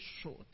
short